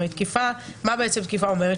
הרי מה בעצם תקיפה אומרת?